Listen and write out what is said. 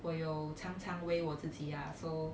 我有常常 weigh 我自己 ah so